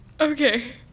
Okay